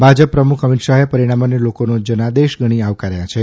ભાજપ પ્રમુખ અમીત શાહે પરિણામોને લોકોનો જનાદેશ ગણી આવકાર્યા છે